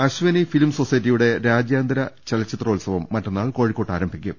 Ashwini film സൊസൈറ്റിയുടെ രാജ്യാന്തര ചലച്ചിത്രോത്സവം മറ്റന്നാൾ കോഴിക്കോട്ട് ആരംഭിക്കും